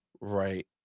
right